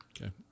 Okay